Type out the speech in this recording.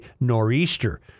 nor'easter